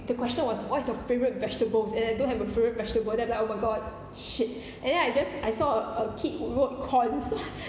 the question was what is your favourite vegetables and I don't have a favourite vegetable then I'm like oh my god shit and then I just I saw a a kid who wrote corns